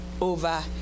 over